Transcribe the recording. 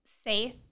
safe